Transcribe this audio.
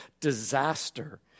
disaster